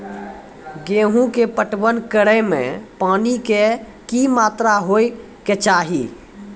गेहूँ के पटवन करै मे पानी के कि मात्रा होय केचाही?